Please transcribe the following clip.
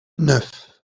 neuf